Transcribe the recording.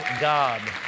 God